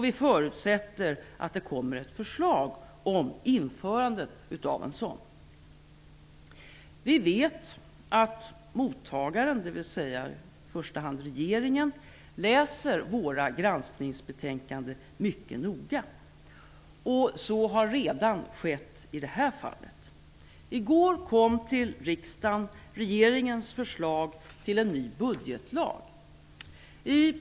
Vi förutsätter att det kommer ett förslag om ett införande av en sådan. Vi vet att mottagaren, dvs. i första hand regeringen, läser våra granskningsbetänkanden mycket noga. Så har redan skett i det här fallet. I går kom till riksdagen regeringens förslag till en ny budgetlag.